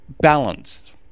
balanced